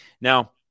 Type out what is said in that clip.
Now